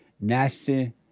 nasty